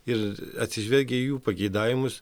ir atsižvelgia į jų pageidavimus